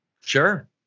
Sure